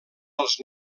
els